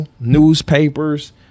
newspapers